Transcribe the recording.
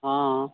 हँ